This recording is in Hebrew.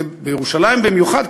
זה בירושלים במיוחד,